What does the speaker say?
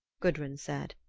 gudrun said.